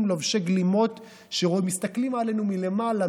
לובשי גלימות שמסתכלים עלינו מלמעלה,